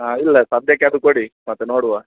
ಹಾಂ ಇಲ್ಲ ಸದ್ಯಕ್ಕೆ ಅದು ಕೊಡಿ ಮತ್ತೆ ನೋಡುವ